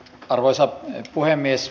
arvoisa puhemies